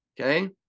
Okay